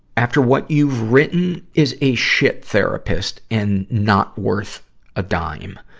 after what you've written, is a shit therapist and not worth a dime.